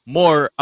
more